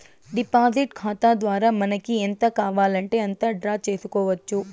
deposit ఖాతా ద్వారా మనకి ఎంత కావాలంటే అంత డ్రా చేసుకోవచ్చు